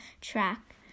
track